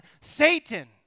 Satan